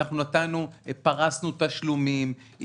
אנחנו פרשנו תשלומים,